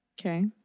Okay